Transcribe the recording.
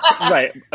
right